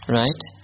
right